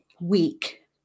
week